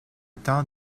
temps